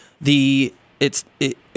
the—it's—it